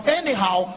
anyhow